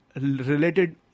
related